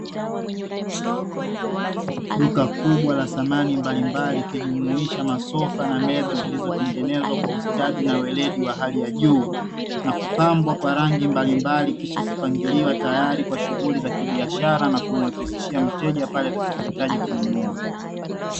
Duka kubwa la samani mbalimbali, lilijumuisha masofaeza zilizo tengenezwa kwa ustadi na weledi wa hali ya juu na kupambwa rangi mbalimbali, kisha kupangiwa tayari kwa ajili ya shughuli za kibiashara lumrahishia mteja pale atakapo taka kununua.